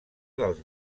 dels